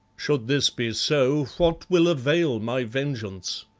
should this be so, what will avail my vengeance?